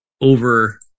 over